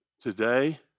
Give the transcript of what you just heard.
today